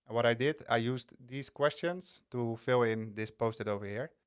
what i did, i used these questions to fill in this post-it over here.